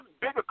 bigger